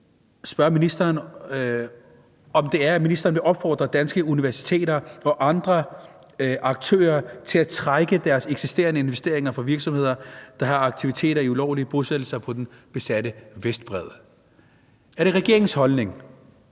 spørge ministeren, om ministeren vil opfordre danske universiteter og andre aktører til at trække deres eksisterende investeringer fra virksomheder, der har aktiviteter i ulovlige bosættelser på den besatte Vestbred. Vil ministeren